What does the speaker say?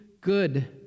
good